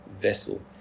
vessel